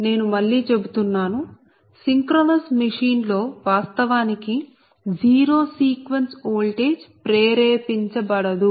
నేను మళ్ళీ చెబుతున్నాను సింక్రోనస్ మెషిన్ లో వాస్తవానికి జీరో సీక్వెన్స్ ఓల్టేజ్ ప్రేరేపించబడదు